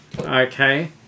okay